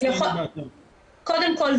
קודם כל,